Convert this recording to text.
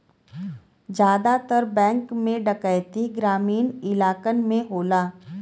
जादातर बैंक में डैकैती ग्रामीन इलाकन में होला